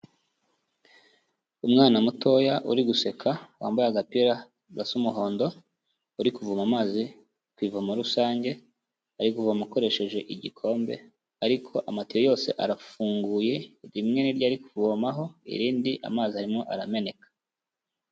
Umwana mutoya uri guseka wambaye agapira gasa umuhondo uri kuvoma amazi ku ivomo rusange, ari kuvoma ukoresheje igikombe ariko amatiyo yose arafunguye, rimwe niryo ari kuvomaho irindi amazi arimo arameneka.